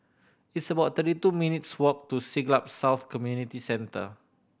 it's about thirty two minutes' walk to Siglap South Community Centre